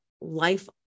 life